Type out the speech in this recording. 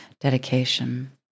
dedication